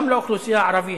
גם לאוכלוסייה הערבית,